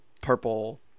purple